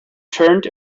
turned